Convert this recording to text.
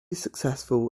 successful